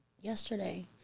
yesterday